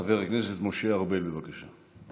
חבר הכנסת משה ארבל, בבקשה.